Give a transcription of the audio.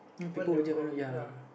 when they will go ya